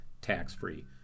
tax-free